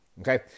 Okay